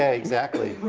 ah exactly.